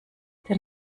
der